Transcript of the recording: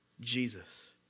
Jesus